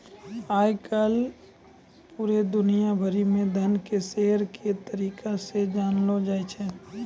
आय काल पूरे दुनिया भरि म धन के शेयर के तरीका से जानलौ जाय छै